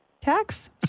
Tax